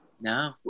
No